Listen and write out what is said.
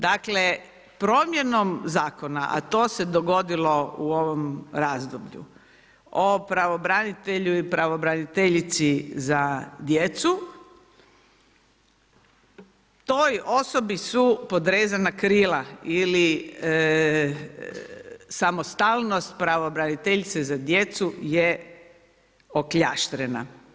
Dakle promjenom zakona, a to se dogodilo u ovom razdoblju o pravobranitelju i pravobraniteljici za djecu toj osobi su podrezana krila ili samostalnost pravobraniteljice za djecu je okljaštrena.